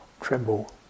tremble